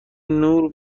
نور